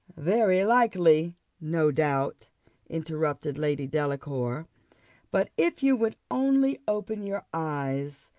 very likely no doubt interrupted lady delacour but if you would only open your eyes,